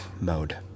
mode